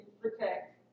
protect